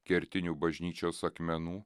kertinių bažnyčios akmenų